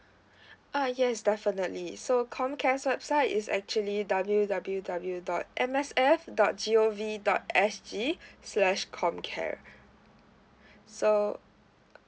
uh yes definitely so comcare's website is actually W W W dot M S F dot G O V dot S G slash comcare so